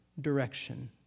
direction